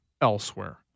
elsewhere